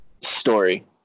story